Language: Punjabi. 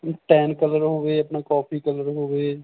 ਟੈਨ ਕਲਰ ਹੋਵੇ ਆਪਣਾ ਕੋਫੀ ਕਲਰ ਹੋਵੇ